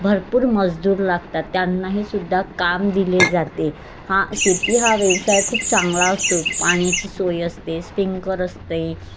भरपूर मजदूर लागतात त्यांनाही सुद्धा काम दिले जाते हा शेती हा व्यवसाय खूप चांगला असतो पाण्याची सोय असते स्पिंकर असते